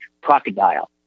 crocodile